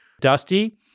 dusty